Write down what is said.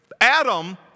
Adam